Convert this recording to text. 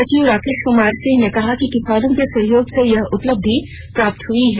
सचिव राकेश कुमार सिंह ने कहा कि किसानों के सहयोग से यह उपलब्धि प्राप्त हुई है